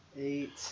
eight